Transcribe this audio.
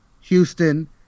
Houston